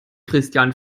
christian